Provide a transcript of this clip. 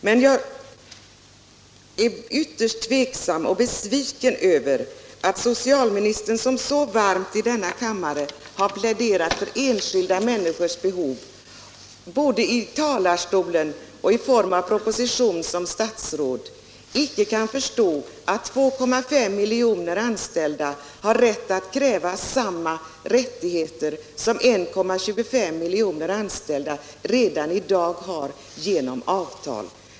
Jag är ytterst besviken över att socialministern, som i denna kammare så varmt har pläderat för enskilda människors behov, nu varken i talarstolen eller i proposition kan förstå att 2,5 miljoner anställda har rätt att kräva samma förmåner som 1,25 miljoner anställda redan i dag har genom avtal.